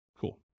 Cool